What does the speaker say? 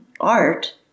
art